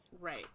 Right